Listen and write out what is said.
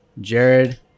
Jared